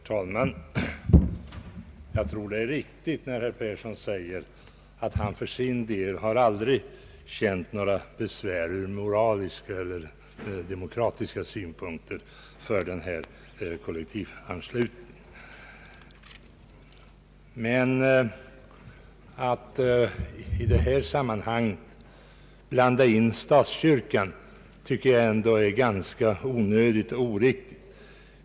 Herr talman! Jag tror att herr Persson är uppriktig när han säger att han för sin del aldrig känt några besvär från moralisk eller demokratisk synpunkt då det gäller kollektivanslutningen. Men att i detta sammanhang blanda in statskyrkan finner jag onödigt och oriktigt.